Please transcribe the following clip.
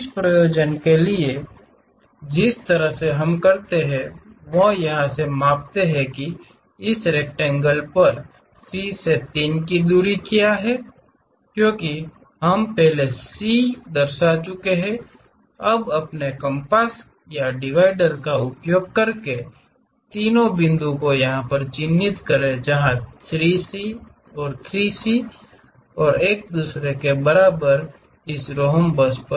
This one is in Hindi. उस प्रयोजन के लिए जिस तरह से हम करते हैं वह मापते हैं कि इस रेक्टेंगल पर C से 3 की दूरी क्या है क्योंकि हम पहले ही C दर्शा चुके हैं अब अपने कम्पास डिवाइडर का उपयोग करके तीन बिंदुओं को चिह्नित करें जहां 3C और 3C एक दूसरे के बराबर हैं इस रोम्बस पर